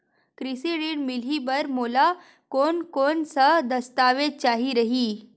कृषि ऋण मिलही बर मोला कोन कोन स दस्तावेज चाही रही?